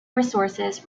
resources